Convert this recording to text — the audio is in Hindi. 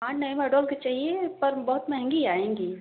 हाँ नये मोडल की चाहिए पर बहुत महंगी आएंगी